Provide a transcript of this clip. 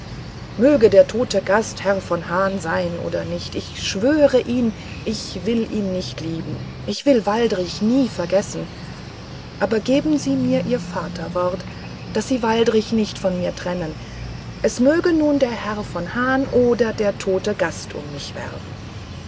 möge der tote gast herr von hahn sein oder nicht ich schwöre ihnen ich will ihn nicht lieben ich will waldrichen nie vergessen aber geben sie mir ihr vaterwort daß sie waldrichen nicht von mir trennen es möge nun der herr von hahn oder der tote gast um mich werben